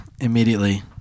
immediately